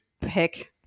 Pick